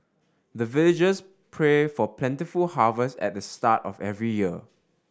the villagers pray for plentiful harvest at the start of every year